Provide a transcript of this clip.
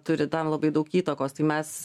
turi tam labai daug įtakos tai mes